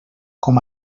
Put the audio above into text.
com